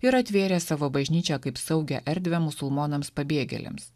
ir atvėrė savo bažnyčią kaip saugią erdvę musulmonams pabėgėliams